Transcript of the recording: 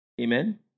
Amen